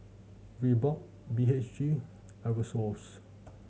Reebok B H G Aerosoles